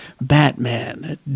batman